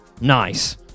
nice